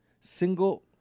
single